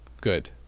Good